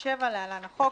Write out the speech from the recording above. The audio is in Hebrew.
התשנ"ז-1977 (להלן החוק),